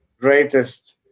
greatest